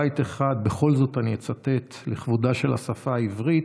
בית אחד בכל זאת אצטט לכבודה של השפה העברית,